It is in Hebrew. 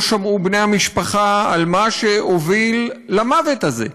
שמעו בני המשפחה על מה שהוביל למוות הזה.